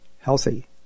healthy